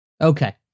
Okay